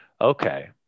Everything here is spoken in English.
okay